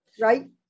Right